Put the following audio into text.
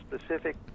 specific